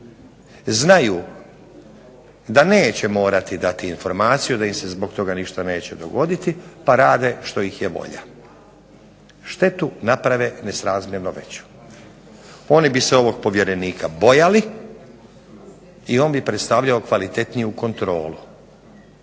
znaju da neće morati dati informaciju i da im se zbog toga ništa neće dogoditi, pa rade što ih je volja. Štetu naprave nesrazmjerno većom. Oni bi se ovog povjerenika bojali i on bi predstavljao kvalitetniju kontrolu,